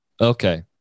Okay